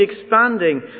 expanding